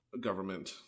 government